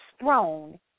throne